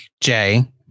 Jay